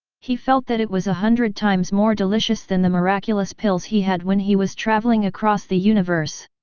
he felt that it was a hundred times more delicious than the miraculous pills he had when he was travelling across the universe.